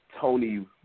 Tony